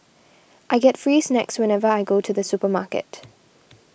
I get free snacks whenever I go to the supermarket